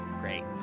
great